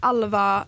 Alva